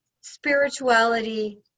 spirituality